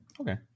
Okay